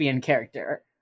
character